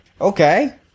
Okay